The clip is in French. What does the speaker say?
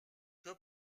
que